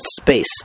space